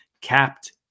capped